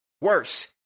Worse